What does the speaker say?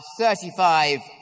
35